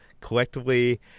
Collectively